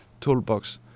toolbox